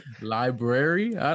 Library